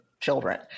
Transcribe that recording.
children